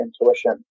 intuition